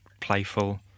playful